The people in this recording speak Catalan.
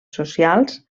socials